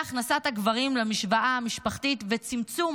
להכנסת הגברים למשוואה המשפחתית וצמצום